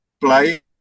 play